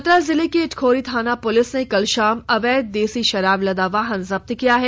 चतरा जिले की इटखोरी थाना पुलिस ने कल शाम अवैध देसी शराब लदा वाहन जब्त किया है